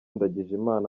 ndagijimana